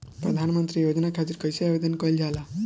प्रधानमंत्री योजना खातिर कइसे आवेदन कइल जाला?